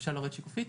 אפשר לרדת שקופית.